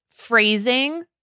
phrasing